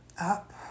Up